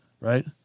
right